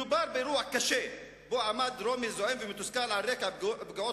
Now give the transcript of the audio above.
מדובר באירוע קשה בו עמד דרומי זועם ומתוסכל על רקע פגיעות